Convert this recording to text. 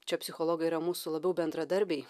čia psichologai yra mūsų labiau bendradarbiai